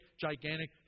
gigantic